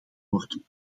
worden